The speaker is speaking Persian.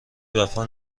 وفا